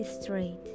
straight